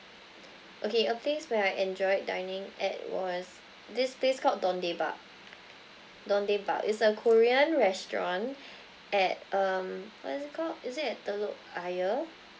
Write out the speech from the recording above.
okay a place where I enjoyed dining at was this place called don dae bak don dae bak it's a korean restaurant at um what is it called is it at telok ayer